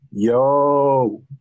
Yo